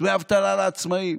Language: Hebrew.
דמי אבטלה לעצמאים,